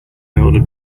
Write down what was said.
ordered